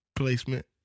Placement